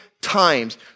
times